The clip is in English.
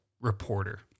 reporter